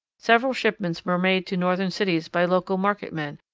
several shipments were made to northern cities by local market men,